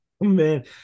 man